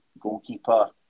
goalkeeper